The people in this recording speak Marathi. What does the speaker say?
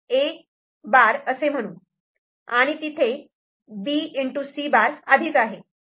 आणि तिथे B C' आधीच आहे